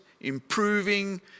improving